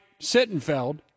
Sittenfeld